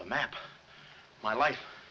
the map my life